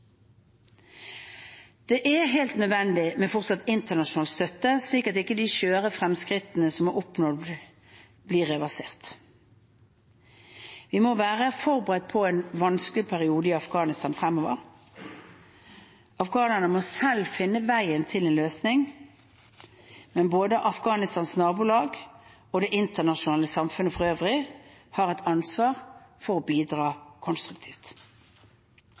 Det er helt nødvendig med fortsatt internasjonal støtte, slik at de skjøre fremskrittene som er oppnådd, ikke blir reversert. Vi må være forberedt på en vanskelig periode i Afghanistan fremover. Afghanerne må selv finne veien til en løsning. Men både Afghanistans naboland og det internasjonale samfunnet for øvrig har et ansvar for å bidra konstruktivt.